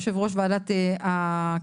יושב-ראש ועדת הכלכלה,